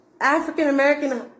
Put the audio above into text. African-American